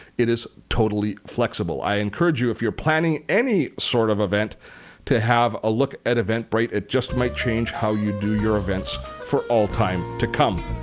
it is totally flexible. i encourage you if you're planning any sort of event to have a look at eventbrite. it just might change how you do your events for all time to come.